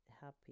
happy